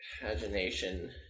pagination